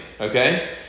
okay